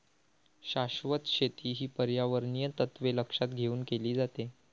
शाश्वत शेती ही पर्यावरणीय तत्त्वे लक्षात घेऊन केली जाते